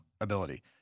ability